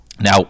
Now